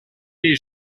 les